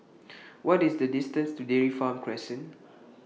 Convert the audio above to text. What IS The distance to Dairy Farm Crescent